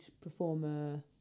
performer